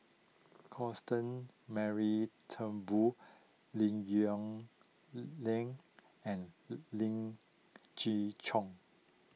Constant Mary Turnbull Lim Yong Ling and Ling Gee Choon